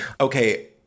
Okay